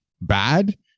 bad